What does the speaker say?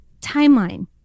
timeline